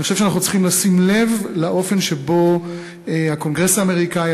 אני חושב שאנחנו צריכים לשים לב לאופן שבו הקונגרס האמריקני,